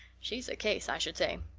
she's a case, i should say.